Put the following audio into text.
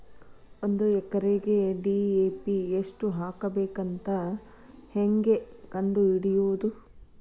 ಒಂದು ಎಕರೆಗೆ ಡಿ.ಎ.ಪಿ ಎಷ್ಟು ಹಾಕಬೇಕಂತ ಹೆಂಗೆ ಕಂಡು ಹಿಡಿಯುವುದು?